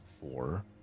four